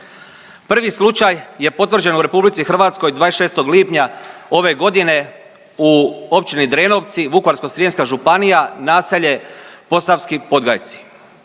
Prvi slučaj je potvrđen u RH 26. lipnja ove godine u općini Drenovci, Vukovarsko-srijemska županija, naselje Posavski Podgajci